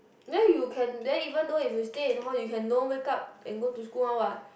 then you can then even though if you stay in hall you can don't wake up and go to school [one] [what]